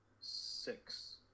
Six